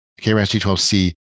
KRAS-G12C